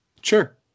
Sure